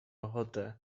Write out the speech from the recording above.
ochotę